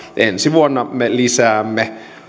ensi vuonna me lisäämme